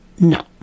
No